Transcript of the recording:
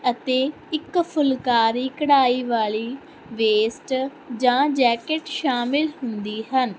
ਅਤੇ ਇੱਕ ਫੁਲਕਾਰੀ ਕਢਾਈ ਵਾਲੀ ਵੇਸਟ ਜਾਂ ਜੈਕੇਟ ਸ਼ਾਮਿਲ ਹੁੰਦੀ ਹਨ